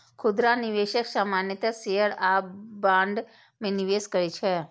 खुदरा निवेशक सामान्यतः शेयर आ बॉन्ड मे निवेश करै छै